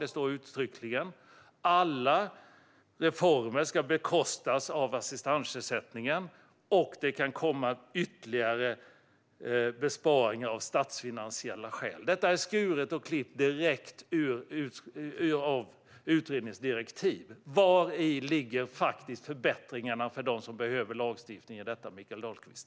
Det står uttryckligen. Alla reformer ska bekostas av assistansersättningen, och det kan komma ytterligare besparingar av statsfinansiella skäl. Detta är klippt och skuret direkt ur utredningens direktiv. Vari ligger de faktiska förbättringarna för dem som behöver lagstiftningen i detta, Mikael Dahlqvist?